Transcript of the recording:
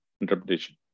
interpretation